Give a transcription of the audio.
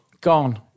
gone